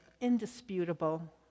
indisputable